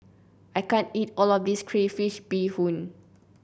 I can't eat all of this Crayfish Beehoon